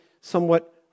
somewhat